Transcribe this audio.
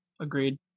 Agreed